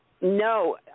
No